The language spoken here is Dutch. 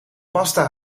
pasta